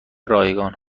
رایگان